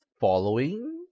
following